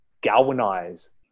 galvanize